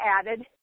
added